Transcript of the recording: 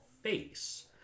face